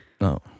no